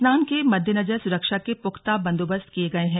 स्नान को मद्देनजर सुरक्षा के पुख्ता बंदोबस्त किये गये हैं